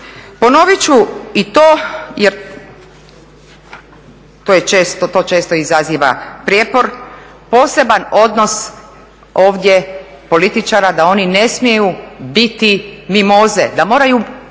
Ponovit ću i to jer to često izaziva prijepor, poseban odnos političara da oni ne smiju biti mimoze, da moraju